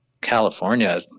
California